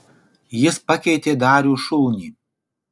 jis pakeitė darių šulnį